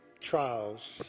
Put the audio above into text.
trials